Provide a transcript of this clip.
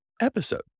episode